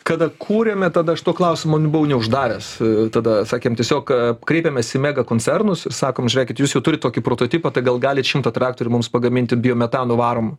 kada kūrėme tada aš to klausimo buvau neuždaręs tada sakėm tiesiog kreipėmės į mega koncernus sakom žiūrėkit jūs jau turit tokį prototipą tai gal galit šimtą traktorių mums pagaminti biometanu varomų